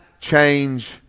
change